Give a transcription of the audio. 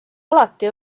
alati